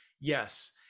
yes